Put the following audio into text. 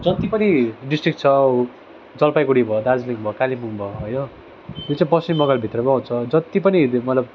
जत्ति पनि डिस्ट्रिक्ट छ जलपाइगुडी भयो दार्जिलिङ भयो कालिम्पोङ भयो यो यो पश्चिम बङ्गालभित्रमा आउँछ जति पनि यो मतलब